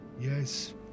Yes